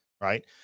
right